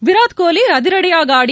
விராட்கோலிஅதிரடியாக ஆடி